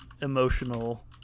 emotional